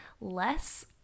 less